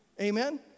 Amen